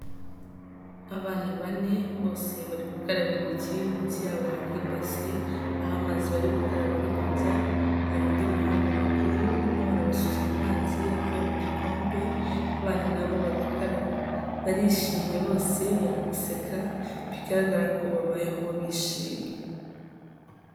Abana bane, bose bari gukaraba intoki, munsi yabo hari base, aho amazi bari gukaraba ari kujya, haba undi muhungu mukuru urimo arabasukira amazi avuye mu gikombe, abana na bo bagakaraba. Barishimye bose, bari guseka, bigaragara ko babayeho bishimye.